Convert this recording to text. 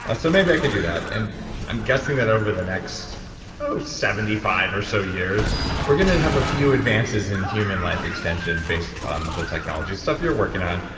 ah so maybe i can do that. and i'm guessing that over the next seventy five or so years we're going to have a few advances in human life extension based on the technology stuff you're working on,